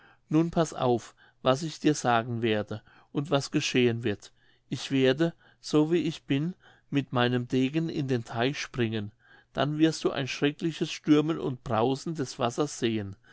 nun paß auf was ich dir sagen werde und was geschehen wird ich werde so wie ich bin mit meinem degen in den teich springen dann wirst du ein schreckliches stürmen und brausen des wassers sehen